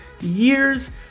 years